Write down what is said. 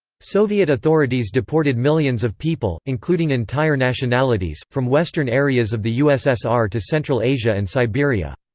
soviet authorities deported millions of people, including entire nationalities, from western areas of the ussr to central asia and siberia.